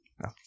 no